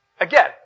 again